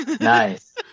Nice